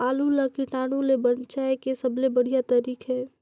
आलू ला कीटाणु ले बचाय के सबले बढ़िया तारीक हे?